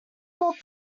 more